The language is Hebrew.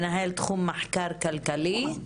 מנהל תחום מחקר כלכלי,